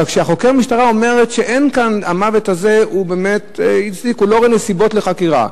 אבל כשחוקר המשטרה אומר שבמוות הזה הוא לא רואה נסיבות לחקירה,